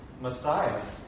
Messiah